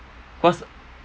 cause